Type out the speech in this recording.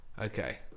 Okay